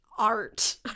art